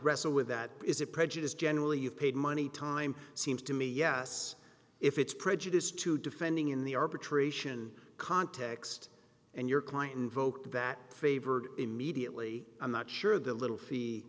wrestle with that is it prejudice generally of paid money time seems to me yes if it's prejudice to defending in the arbitration context and your client invoked that favored immediately i'm not sure the little fee